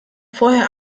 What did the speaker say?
vorher